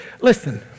Listen